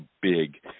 big